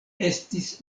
estis